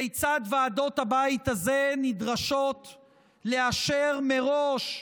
כיצד ועדות הבית הזה נדרשות לאשר מראש,